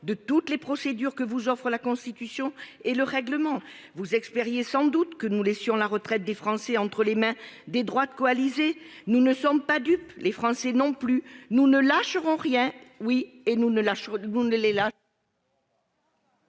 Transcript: de toutes les procédures que vous offrent la Constitution et le règlement du Sénat. Vous espériez sans doute que nous laisserions la retraite des Français entre les mains des droites coalisées. Nous ne sommes pas dupes, les Français non plus. Nous ne lâcherons rien, et nous ne les lâcherons